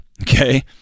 okay